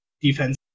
defense